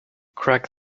crack